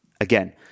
again